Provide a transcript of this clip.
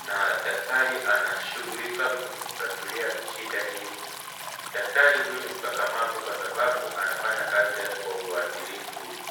na daktari anashughulika kumtatulia shida hio ,daktari huyu ni mkakamavu kwa sababu anafanya kazi yake kwa uadilifu.